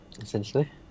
Essentially